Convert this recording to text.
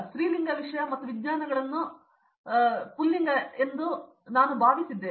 ಸ್ತ್ರೀಲಿಂಗ ವಿಷಯ ಮತ್ತು ವಿಜ್ಞಾನಗಳನ್ನು ಪುಲ್ಲಿಂಗ ಮತ್ತು ಹೆಚ್ಚು ಬುದ್ಧಿವಂತ ಎಂದು ನಾನು ಭಾವಿಸಿದ್ದೇನೆ